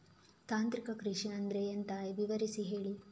ತಾಂತ್ರಿಕ ಕೃಷಿ ಅಂದ್ರೆ ಎಂತ ವಿವರಿಸಿ ಹೇಳಿ